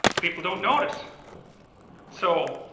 people don't notice so,